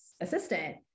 assistant